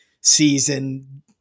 season